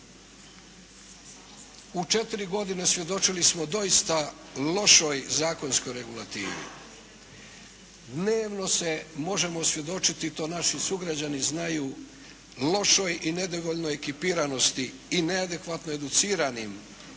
U 4 godine svjedočili smo doista lošoj zakonskoj regulativi. Dnevno se možemo osvjedočiti i to naši sugrađani znaju lošoj i nedovoljnoj ekipiranosti i neadekvatno educiranim